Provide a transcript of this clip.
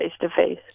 face-to-face